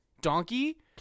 donkey